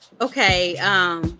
okay